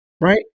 right